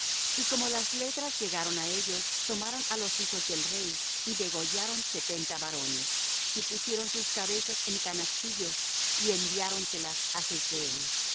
y como las letras llegaron á ellos tomaron á los hijos del rey y degollaron setenta varones y pusieron sus cabezas en canastillos y enviáronselas á jezreel